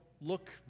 look